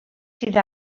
sydd